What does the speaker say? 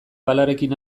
palarekin